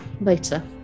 later